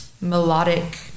melodic